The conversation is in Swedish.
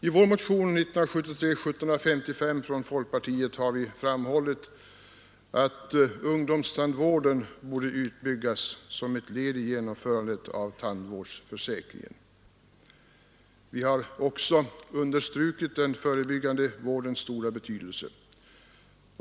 I motion 1973:1755 från folkpartiet har vi framhållit att ungdomstandvården borde utbyggas som ett led i genomförandet av tandvårdsförsäkringen. Vi har understrukit den förebyggande vårdens stora betydelse.